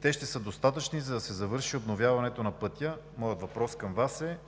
Те ще са достатъчни, за да се завърши обновяването на пътя. Моят въпрос към Вас е: